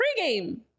pregame